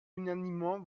unanimement